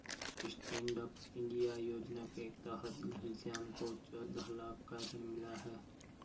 stand up India योजना के तहत घनश्याम को चौदह लाख का ऋण मिला है